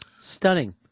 stunning